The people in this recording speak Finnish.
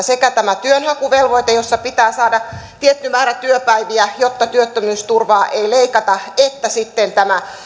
sekä tämä työnhakuvelvoite jossa pitää saada tietty määrä työpäiviä jotta työttömyysturvaa ei leikata että sitten tämä